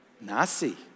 Nasi